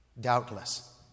Doubtless